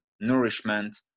nourishment